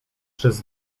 przez